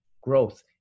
growth